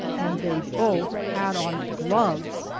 and they both had on gloves!